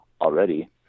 already